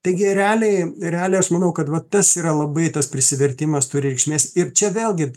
taigi realiai realiai aš manau kad va tas yra labai tas prisivertimas turi reikšmės ir čia vėlgi